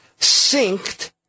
Synced